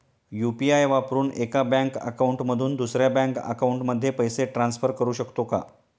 UPI वापरून एका bank account मधून दुसऱ्या बँक अकाउंटमध्ये पैसे ट्रान्सफर करू शकतो का?